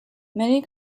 many